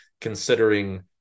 considering